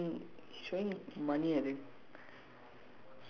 and then he's showing I think he's showing money I think